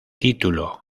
título